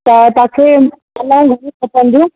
त तव्हां खे खपंदियूं